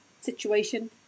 situation